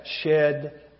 shed